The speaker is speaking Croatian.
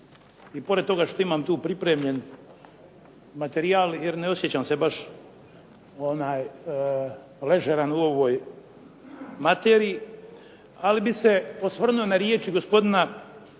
i pored toga što imam tu pripremljen materijal, jer ne osjećam se baš ležeran u ovoj materiji, ali bih se osvrnuo na riječi gospodina